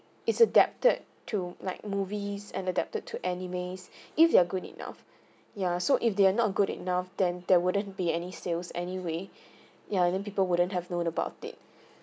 its adapted to like movies and adapted to anime is if they are good enough ya so if they are not good enough then there wouldn't be any sales anyway ya and then people wouldn't have known about it